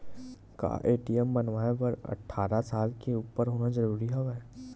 का ए.टी.एम बनवाय बर अट्ठारह साल के उपर होना जरूरी हवय?